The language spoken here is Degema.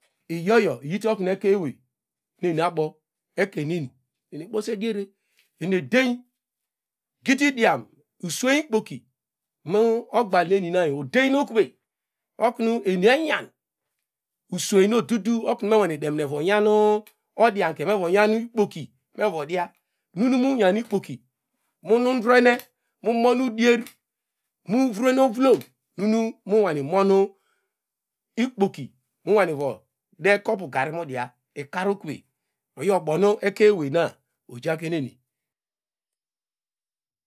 Iyoyo iyite oknu ekeinawey ne eni abo ekeineni eni ebose diere ene dein gididiam uswem ikpoki nu ogbala enina odeinokvey eni enyam uswem nu odudu oknu mevo nyan odianke vo nyan ikpoki mevo dia nu nu mu nyan ikpoki mundrene mu monu udier mu vrene ovulum nunu mu nwane ikpoki mu nwone vo de kopu gari mu dia ikor okvey iyo bonu ekeny ewey na ojakeneri.